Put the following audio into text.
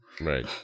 Right